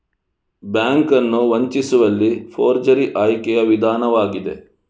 bank ಅನ್ನು ವಂಚಿಸುವಲ್ಲಿ forgery ಆಯ್ಕೆಯ ವಿಧಾನವಾಗಿದೆ